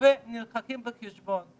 ונלקחים בחשבון?